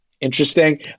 Interesting